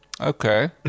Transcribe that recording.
Okay